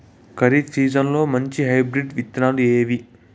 ఖరీఫ్ సీజన్లలో మంచి హైబ్రిడ్ విత్తనాలు ఏవి